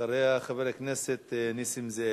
אחריה, חבר הכנסת נסים זאב.